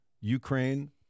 Ukraine